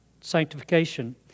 sanctification